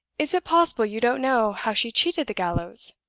is it possible you don't know how she cheated the gallows?